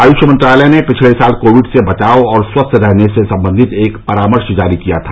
आयुष मंत्रालय ने पिछले साल कोविड से बचाव और स्वस्थ रहने से संबंधित एक परामर्श जारी किया था